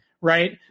right